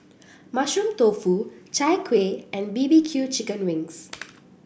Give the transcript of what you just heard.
Mushroom Tofu Chai Kueh and B B Q Chicken Wings